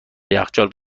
یخچال